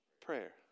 Prayer